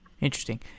Interesting